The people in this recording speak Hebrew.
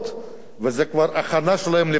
וזה כבר הכנה שלהם לבחירות,